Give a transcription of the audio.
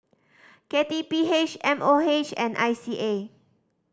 K T P H M O H and I C A